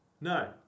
no